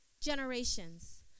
generations